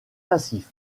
massif